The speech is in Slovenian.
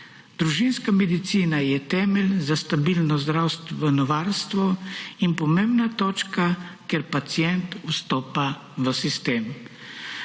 Družinska medicina je temelj za stabilno zdravstveno varstvo in pomembna točka, kjer pacient vstopa v sistem.